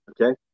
Okay